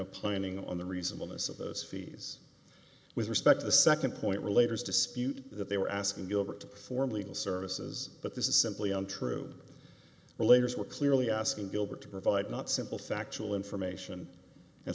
a planning on the reasonableness of those fees with respect to the second point related dispute that they were asking gilbert to perform legal services but this is simply untrue elaters were clearly asking gilbert to provide not simple factual information and